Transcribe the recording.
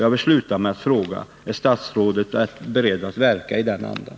Jag vill avsluta med att fråga: Är statsrådet beredd att verka i den andan?